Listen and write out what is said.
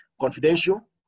confidential